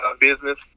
business